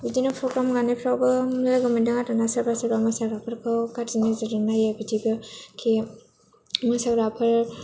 बिदिनो प्रग्राम गानायफ्रावबो लोगो मोनदों आरोना सोरबा सोरबा मोसाग्राफोरखौ गाज्रि नोजोरजों नायो बिदिबो खि मोसाग्राफोर